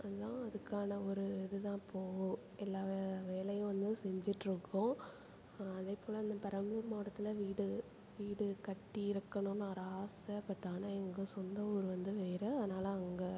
அதான் அதுக்கான ஒரு இது தான் இப்போது எல்லா வே வேலையும் வந்து செஞ்சிட்டுருக்கோம் அதேபோல் அந்த பெரம்பலூர் மாவட்டத்தில் வீடு வீடு கட்டி இருக்கணும்ன்னு ஒரு ஆசை பட் ஆனால் எங்கள் சொந்த ஊர் வந்து வேறு அதனால் அங்கே